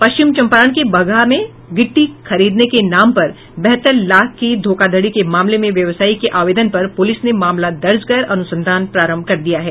पश्चिम चम्पारण के बगहा मे गिट्टी खरीदने के नाम पर बहत्तर लाख की धोखाधड़ी मामले में व्यवसायी के आवेदन पर पुलिस ने मामला दर्ज कर अनुसंधान प्रारम्भ कर दिया है